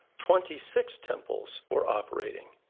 twenty six temples were operating,